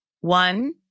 One